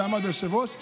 והיושב-ראש עמד,